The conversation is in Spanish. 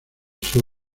sur